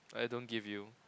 I don't give you